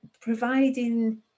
providing